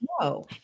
No